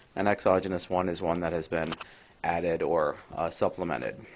an exogenous one is one that has been added or supplemented.